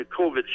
COVID